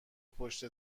پشت